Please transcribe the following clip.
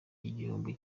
igihombo